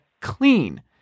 clean